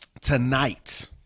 Tonight